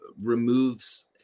removes